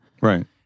Right